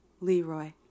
Leroy